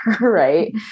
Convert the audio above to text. right